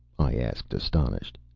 i asked, astonished.